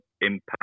impact